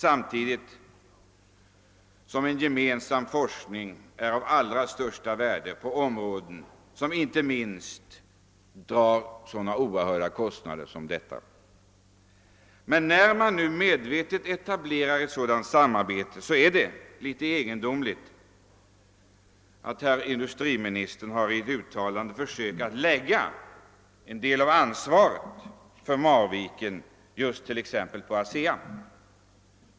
Samtidigt är en gemensam forskning av allra största värde, inte minst på områden som drar så oerhörda kostnader som elförsörjningsområdet. Men när man då medvetet etablerar ett sådant samarbete är det litet egendomligt att industriministern i uttalanden har försökt lägga ansvaret för misslyckandet i Marviken på ASEA.